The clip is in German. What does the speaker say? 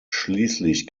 schließlich